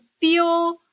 feel